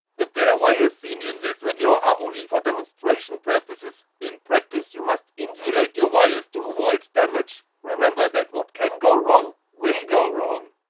the bare wires seen in this video are only for demonstration purposes in practice you must insulate your wires to avoid damage remember that what can go wrong, will go wrong!